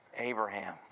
Abraham